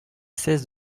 seize